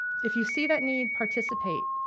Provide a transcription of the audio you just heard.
if you see that need, participate.